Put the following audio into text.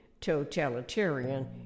totalitarian